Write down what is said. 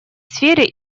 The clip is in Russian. сфере